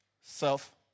self